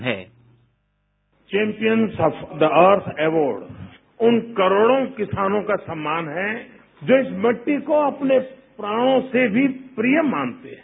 sound bite champions of the Earth award उन करोड़ों किसानों का सम्मान है जो इस मिट्टी को अपने प्राणों से भी प्रिय मानते हैं